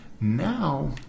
Now